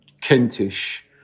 Kentish